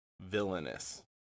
villainous